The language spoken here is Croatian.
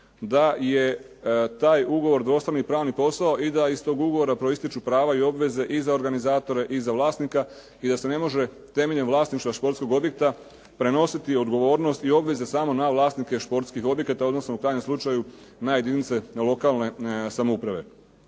da je taj ugovor dvostrani pravni posao i da iz tog ugovora proistječu prava i obveze i za organizatore i za vlasnika i da se ne može temeljem vlasništva športskog objekta prenositi odgovornost i obveze samo na vlasnike športskih objekata, odnosno u krajnjem slučaju na jedinice lokalne samouprave.